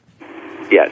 Yes